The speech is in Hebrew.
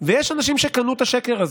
ויש אנשים שקנו את השקר הזה.